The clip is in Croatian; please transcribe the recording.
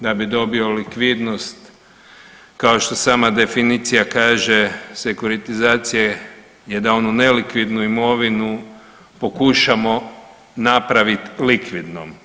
Da bi dobio likvidnost kao što sama definicija kaže sekuritizacija je da onu nelikvidnu imovinu pokušamo napraviti likvidnom.